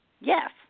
Yes